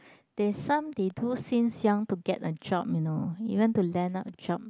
there's some they do since young to get a job you know even to land up job